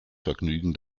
vergnügen